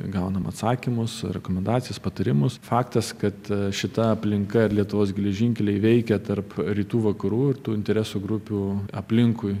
gaunam atsakymus rekomendacijas patarimus faktas kad šita aplinka lietuvos geležinkeliai veikė tarp rytų vakarų ir tų interesų grupių aplinkui